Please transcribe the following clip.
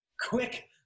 quick